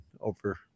over